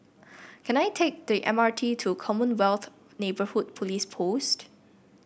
can I take the M R T to Commonwealth Neighbourhood Police Post